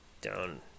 Down